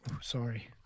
sorry